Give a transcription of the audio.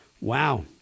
Wow